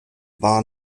war